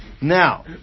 Now